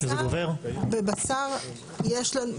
בבשר יש לנו,